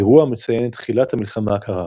אירוע המציין את תחילת המלחמה הקרה.